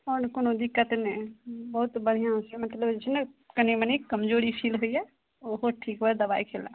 आओर कोनो दिक्कत नहि बहुत बढ़िआँ छै मतलब जे छै ने कनी मनी कमजोरी फील होइए ओहो ठीक हुए दबाइ खेला